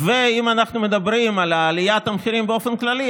אם אנחנו מדברים על עליית המחירים באופן כללי,